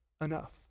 enough